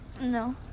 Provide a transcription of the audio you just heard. No